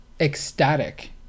ecstatic